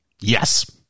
yes